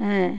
ᱦᱮᱸ